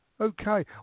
Okay